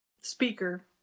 speaker